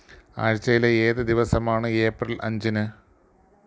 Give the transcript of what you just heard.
ആഴ്ചയിലെ ഏതു ദിവസമാണ് ഏപ്രിൽ അഞ്ചിന്